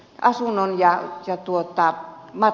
asunnon ja työ tuottaa noin